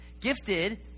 gifted